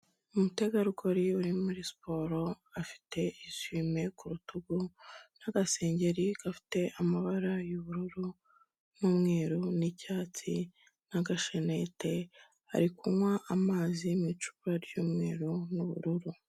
Umutegarugori uri muri siporo, afite esuime ku rutugu n'agasengeri, gafite amabara y'ubururu n'umweru n'icyatsi na gashanete, ari kunywa amazi mu icupa ry'umweru n'ubururu.